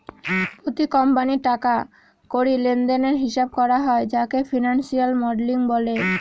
প্রতি কোম্পানির টাকা কড়ি লেনদেনের হিসাব করা হয় যাকে ফিনান্সিয়াল মডেলিং বলে